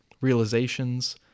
realizations